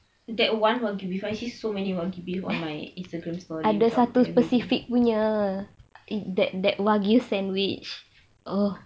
that one wagyu beef I see so many wagyu beef on my instagram story cantik begitu